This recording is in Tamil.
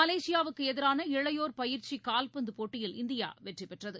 மலேசியாவுக்குஎதிரான இளையோர் பயிற்சிகால்பந்தபோட்டியில் இந்தியாவெற்றிபெற்றது